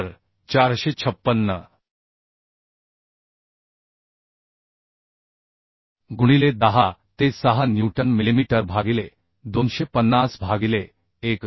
तर 456 गुणिले 10 ते 6 न्यूटन मिलिमीटर भागिले 250 भागिले 1